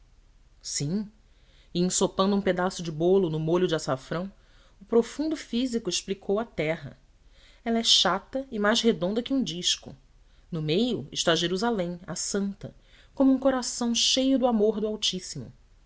e ensopando um pedaço de bolo no molho de açafrão o profundo físico explicou a terra ela é chata e mais redonda que um disco no meio está jerusalém a santa como um coração cheio de amor do altíssimo